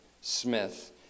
Smith